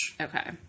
Okay